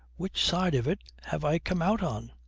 which side of it have i come out on?